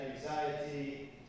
anxiety